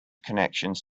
connections